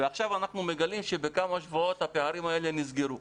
ועכשיו אנחנו מגלים שבכמה שבועות הפערים האלה נסגרו.